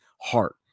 heart